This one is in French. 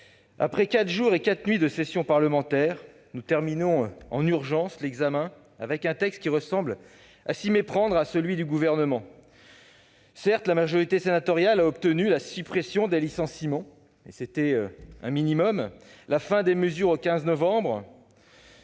Après quatre jours et quatre nuits de session parlementaire, nous terminons en urgence avec un texte qui ressemble à s'y méprendre à celui du Gouvernement. Certes, la majorité sénatoriale a obtenu la suppression des licenciements ... Ce n'est pas rien !...- c'était un minimum -ou la fin des mesures au 15 novembre.